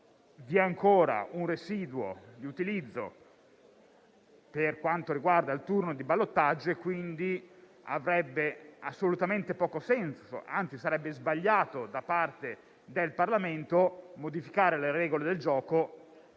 Vi è ancora un residuo di utilizzo per quanto riguarda il turno di ballottaggio, quindi avrebbe assolutamente poco senso, anzi sarebbe sbagliato da parte del Parlamento, modificare le regole del gioco